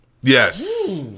Yes